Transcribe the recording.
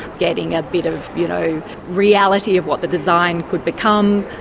getting a bit of you know reality of what the design could become,